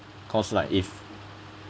cause like if